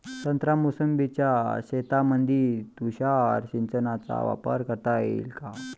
संत्रा मोसंबीच्या शेतामंदी तुषार सिंचनचा वापर करता येईन का?